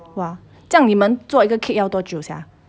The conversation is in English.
!wah! 这样你们做一个 cake 要多久 sia